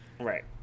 right